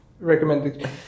recommended